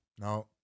No